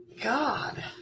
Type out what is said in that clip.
God